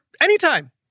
anytime